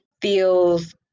feels